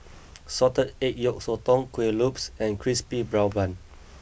Salted Egg Yolk Sotong Kuih Lopes and Crispy Brown Bun